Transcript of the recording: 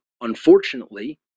unfortunately